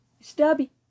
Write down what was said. Stubby